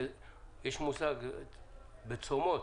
יש מושג בצומות: